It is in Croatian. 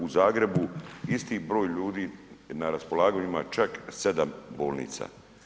U Zagrebu isti broj ljudi na raspolaganju ima čak 7 bolnica.